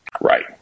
Right